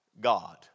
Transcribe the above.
God